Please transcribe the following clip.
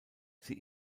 sie